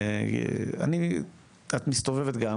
את מסתובבת גם,